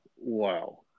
wow